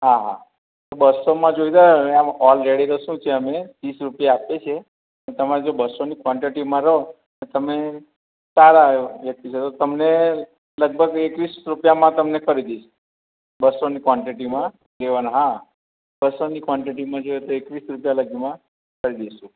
હા હા બસોમાં જોઈને ઓલરેડી તો શું છે અમે ત્રીસ રૂપિયા આપી છીએ અને તમારે જો બસોની કોનટેટીમાં રહો તે તમે સારા એવા વ્યક્તિ છો તમને લગભગ એકવીસ રૂપિયામાં તમને કરી દઈશ બસોની કોનટેટીમાં ઇવન હા બસોની કોનટેટીમાં જોઈએ તો એકવીસ રૂપિયા લગીમાં કરી દઈશું